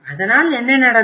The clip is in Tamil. அதனால் என்ன நடந்தது